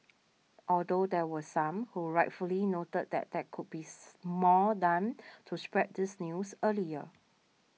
although there were some who rightfully noted that there could be more done to spread this news earlier